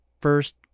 first